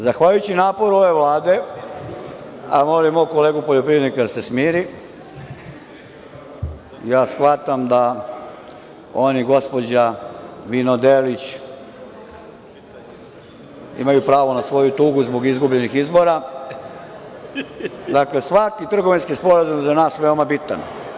Zahvaljujući naporu ove Vlade, a molim mog kolegu poljoprivrednika da se smiri, a ja shvatam da on i gospođa „vinodelić“ imaju pravo na svoju tugu zbog izgubljenih izbora, svaki trgovinski sporazum za nas je veoma bitan.